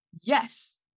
yes